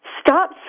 Stop